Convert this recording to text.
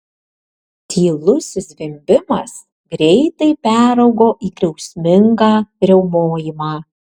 tylus zvimbimas greitai peraugo į griausmingą riaumojimą